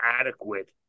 adequate